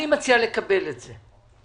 אני מציע לקבל את זה.